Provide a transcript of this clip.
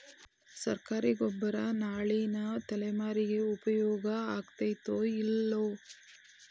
ಸರ್ಕಾರಿ ಗೊಬ್ಬರ ನಾಳಿನ ತಲೆಮಾರಿಗೆ ಉಪಯೋಗ ಆಗತೈತೋ, ಇಲ್ಲೋ?